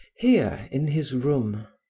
here in his room.